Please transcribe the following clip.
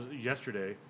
yesterday